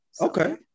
okay